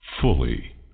fully